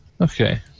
Okay